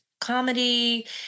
comedy